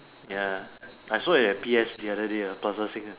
ya I saw it at P_S the other day ah Plaza Sing ah